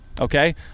Okay